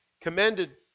commended